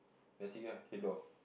then sit here ah here door